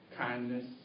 kindness